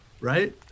right